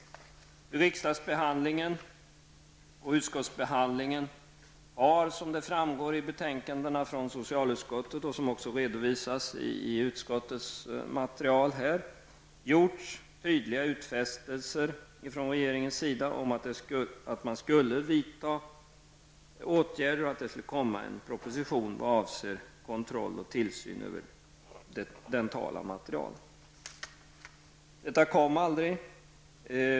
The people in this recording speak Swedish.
Under riksdagsbehandlingen och utskottsbehandlingen har det, som framgår av betänkandena från socialutskottet och även av utskottsmaterialet här, gjorts tydliga utfästelser från regeringen om att man skulle vidta åtgärder och att en propositionen skulle läggas fram avseende kontroll och tillsyn av dentala material. Det hände emellertid ingenting.